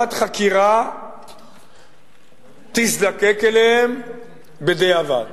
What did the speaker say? שוועדת חקירה תזדקק אליהן בדיעבד.